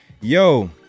yo